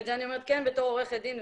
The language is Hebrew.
ואת זה אני אומרת כן בתור עורכת הדין,